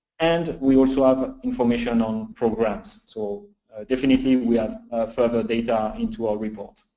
and we also have information on programs. so definitely we have further data into our report.